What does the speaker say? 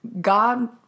God